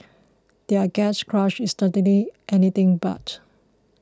their gatecrash is certainly anything but